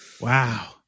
Wow